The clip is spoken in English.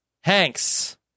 Hanks